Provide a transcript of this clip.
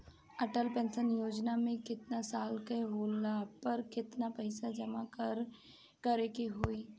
Atal pension Yojana मे केतना साल के होला पर केतना पईसा जमा करे के होई?